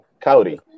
Cody